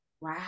Wow